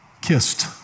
kissed